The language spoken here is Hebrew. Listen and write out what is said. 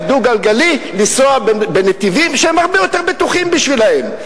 דו-גלגלי לנסוע בנתיבים שהם הרבה יותר בטוחים בשבילם.